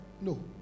no